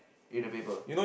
in the paper